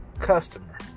customer